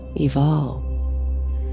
Evolve